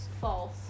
False